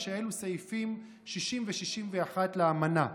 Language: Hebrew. שאלו סעיפים 60 ו-61 לאמנה.